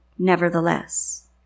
Nevertheless